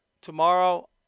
Tomorrow